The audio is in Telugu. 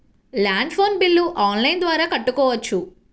ల్యాండ్ ఫోన్ బిల్ ఆన్లైన్ ద్వారా కట్టుకోవచ్చు?